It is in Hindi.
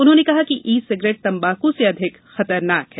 उन्होंने कहा कि ई सिगरेट तंबाकू से अधिक खतरनाक है